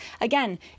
Again